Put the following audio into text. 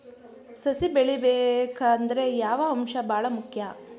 ಸಸಿ ಬೆಳಿಬೇಕಂದ್ರ ಯಾವ ಅಂಶ ಭಾಳ ಮುಖ್ಯ?